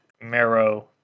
Marrow